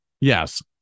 Yes